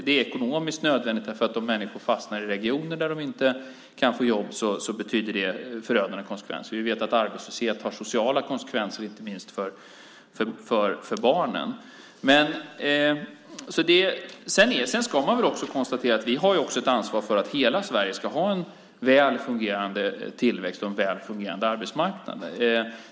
Det är ekonomiskt nödvändigt därför att om människor fastnar i regioner där de inte kan få jobb betyder det förödande konsekvenser. Vi vet ju att arbetslöshet får sociala konsekvenser, inte minst för barnen. Sedan ska det väl också konstateras att vi även har ett ansvar för att hela Sverige ska ha en väl fungerande tillväxt och en väl fungerande arbetsmarknad.